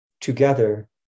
Together